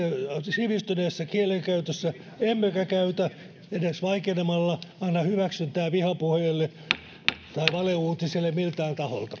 sivistyneessä kielenkäytössä emmekä edes vaikenemalla anna hyväksyntää vihapuheille tai valeuutisille miltään taholta